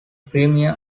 premier